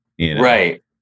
Right